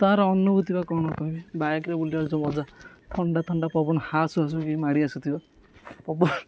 ତା'ର ଅନୁଭୂତି ବା କଣ ନ କହିବି ବାଇକ୍ରେ ବୁଲିବାର ଯେଉଁ ମଜା ଥଣ୍ଡା ଥଣ୍ଡା ପବନ ହାସୁ ହାସୁ କି ମାଡ଼ି ଆସୁଥିବ ପବନ